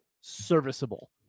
serviceable